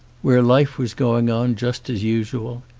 where life was going on just as usual.